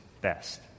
best